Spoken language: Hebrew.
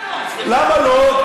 למה לא?